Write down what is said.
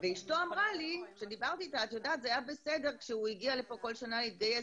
אשתו אמרה לי: זה היה בסדר כשהוא הגיע לפה כל שנה והתגייס,